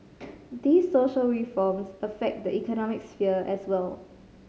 these social reforms affect the economic sphere as well